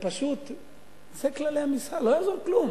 שאלה כללי המשחק, לא יעזור כלום.